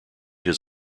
his